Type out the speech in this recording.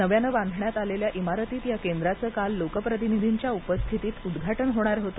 नव्याने बांधण्यात आलेल्या इमारतीत या केंद्राचं काल लोकप्रतिनिधींच्या उपस्थितीत उदघाटन होणार होते